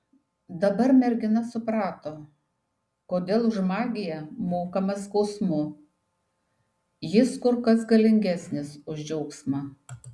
dabar mergina suprato kodėl už magiją mokama skausmu jis kur kas galingesnis už džiaugsmą